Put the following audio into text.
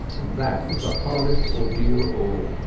and that was the hardest ordeal of all.